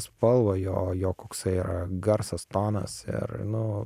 spalvą jo jo koksai yra garsas tonas ir nu